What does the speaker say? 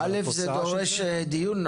א' זה דורש דיון,